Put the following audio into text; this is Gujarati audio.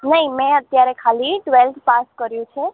નહીં મેં અત્યારે ખાલી ટ્વેલ્થ પાસ કર્યું છે